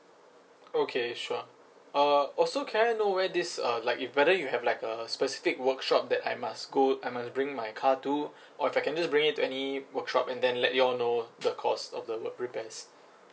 okay sure uh also can I know where this uh like if whether you have like a specific workshop that I must go I must bring my car to or if I can just bring it to any workshop and then let you all know the cost of the work repairs